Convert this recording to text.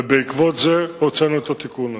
ובעקבות זה הוצאנו את התיקון הזה.